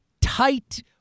tight